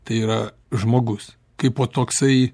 tai yra žmogus kaipo toksai